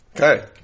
Okay